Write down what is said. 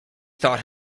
thought